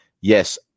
yes